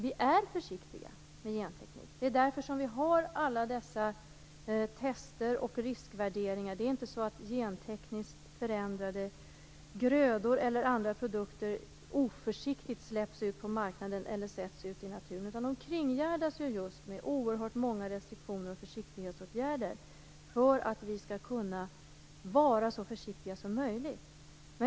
Vi är försiktiga med genteknik, det är därför vi har alla dessa tester och riskvärderingar. Det är inte så att gentekniskt förändrade grödor eller andra produkter oförsiktigt släpps ut på marknaden eller sätts ut i naturen, utan de kringgärdas av oerhört många restriktioner och försiktighetsåtgärder, för att vi skall kunna vara så försiktiga som möjligt.